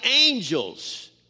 angels